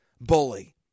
bully